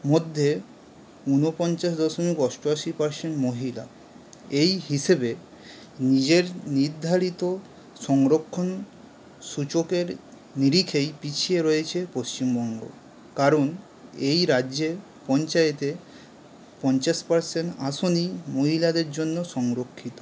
মধ্যে ঊনপঞ্চাশ দশমিক অষ্টআশি পারসেন্ট মহিলা এই হিসেবে নিজের নির্ধারিত সংরক্ষণ সূচকের নিরিখেই পিছিয়ে রয়েছে পশ্চিমবঙ্গ কারণ এই রাজ্যের পঞ্চায়েতে পঞ্চাশ পারসেন্ট আসনই মহিলাদের জন্য সংরক্ষিত